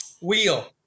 wheel